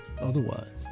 otherwise